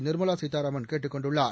நிர்மலா சீதாராமன் கேட்டுக் கொண்டுள்ளார்